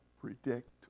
predict